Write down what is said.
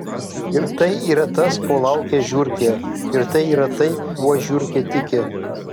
ir tai yra tas ko laukia žiurkė ir tai yra tai kuo žiurkė tiki